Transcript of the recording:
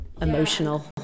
emotional